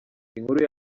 inkuru